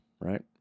right